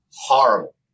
Horrible